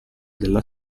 della